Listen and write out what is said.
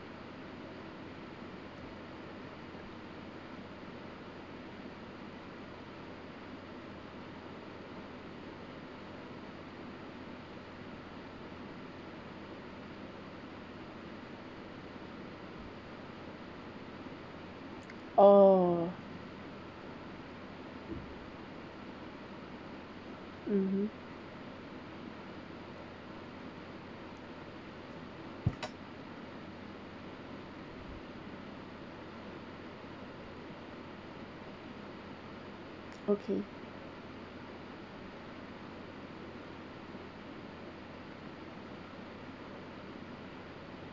orh mmhmm okay